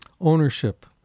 ownership